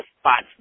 spots